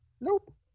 nope